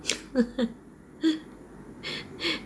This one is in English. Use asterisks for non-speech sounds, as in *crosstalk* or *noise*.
*laughs*